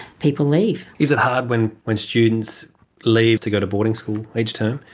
people leave. is it hard when when students leave to go to boarding school each term?